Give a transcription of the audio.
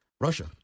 Russia